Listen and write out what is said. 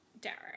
Derek